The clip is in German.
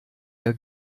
ihr